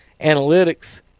analytics